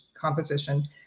composition